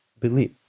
Believe